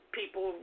people